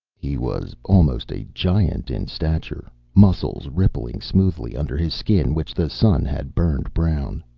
he was almost a giant in stature, muscles rippling smoothly under his skin which the sun had burned brown.